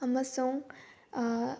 ꯑꯃꯁꯨꯡ